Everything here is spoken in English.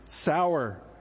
sour